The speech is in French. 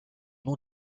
nom